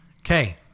Okay